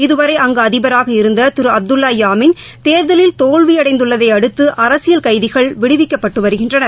இதுவரை அங்கு அதிபராக இருந்த திரு அப்துல்லா யாமீன் தே்தலில் தோல்வியடைந்துள்ளதை அடுத்து அரசியல் கைதிகள் விடுவிக்கப்பட்டு வருகின்றனர்